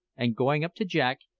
and going up to jack,